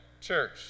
church